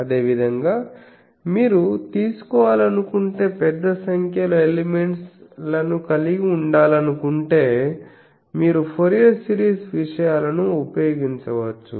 అదేవిధంగా మీరు తీసుకోవాలనుకుంటే పెద్ద సంఖ్యలో ఎలిమెంట్స్ లను కలిగి ఉండాలనుకుంటే మీరు ఫోరియర్ సిరీస్ విషయాలను ఉపయోగించవచ్చు